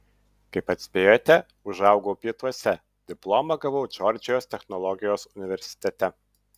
kaip atspėjote užaugau pietuose diplomą gavau džordžijos technologijos universitete